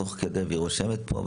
תוך כדי היא רושמת פה,